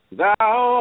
Thou